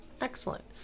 Excellent